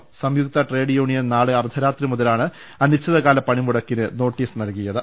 പ സംയുക്ത trade union നാളെ അർധരാത്രി മുതലാണ് അനിശ്ചിതകാല പണിമുടക്കിന് നോട്ടീസ് നൽകിയത്